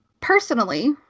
personally